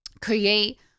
create